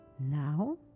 Now